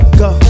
go